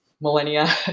millennia